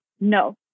no